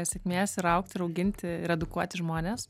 sėkmės ir augti ir auginti ir edukuoti žmones